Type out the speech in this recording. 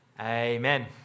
Amen